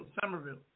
Somerville